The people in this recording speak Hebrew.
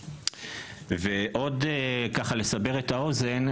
עוד ככה לסבר את האוזן,